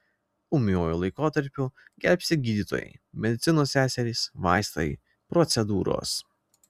ūmiuoju laikotarpiu gelbsti gydytojai medicinos seserys vaistai procedūros